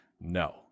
no